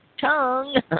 tongue